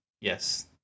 Yes